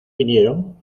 vinieron